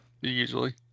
usually